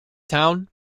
town